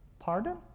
pardon